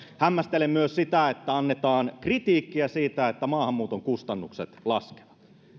hämmästelen myös sitä että annetaan kritiikkiä siitä että maahanmuuton kustannukset laskevat